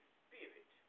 spirit